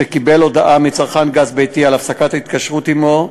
שקיבל הודעה מצרכן גז ביתי על הפסקת ההתקשרות עמו,